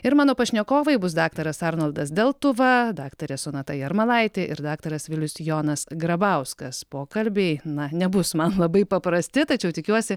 ir mano pašnekovai bus daktaras arnoldas deltuva daktarė sonata jarmalaitė ir daktaras vilius jonas grabauskas pokalbiai na nebus man labai paprasti tačiau tikiuosi